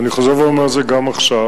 ואני חוזר ואומר את זה גם עכשיו,